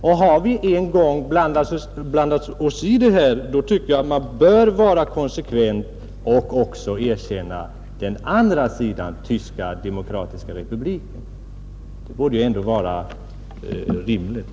Och har vi en gång blandat oss i detta tycker jag att vi bör vara konsekventa och också erkänna den andra sidan — Tyska demokratiska republiken, Det borde vara rimligt.